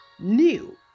New